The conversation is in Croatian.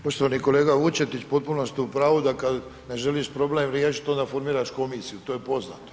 Poštovani kolega Vučetić, potpuno ste u pravu, da kad ne želiš problem riješit onda formiraš komisiju, to je poznato.